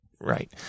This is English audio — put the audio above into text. Right